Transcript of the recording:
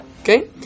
Okay